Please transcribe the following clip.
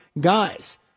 guys